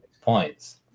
points